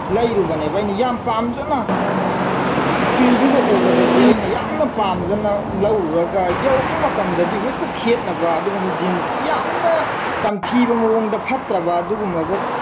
ꯂꯩꯔꯨꯕꯅꯦꯕ ꯑꯩꯅ ꯌꯥꯝ ꯄꯥꯝꯖꯅ ꯑꯩꯈꯣꯏꯒꯤ ꯏꯁꯀ꯭ꯔꯤꯟꯗꯨꯗ ꯎꯕꯗꯗꯤ ꯑꯩꯅ ꯌꯥꯝꯅ ꯄꯥꯝꯖꯅ ꯂꯧꯔꯨꯔꯒ ꯌꯧꯔꯛꯄ ꯃꯇꯝꯗꯗꯤ ꯍꯦꯛꯇ ꯈꯦꯠꯅꯕ ꯑꯗꯨꯒꯨꯝꯕ ꯖꯤꯟꯁ ꯌꯥꯝꯅ ꯇꯝꯊꯤꯕ ꯃꯑꯣꯡꯗ ꯐꯠꯇ꯭ꯔꯕ ꯑꯗꯨꯒꯨꯝꯂꯕ